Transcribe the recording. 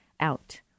out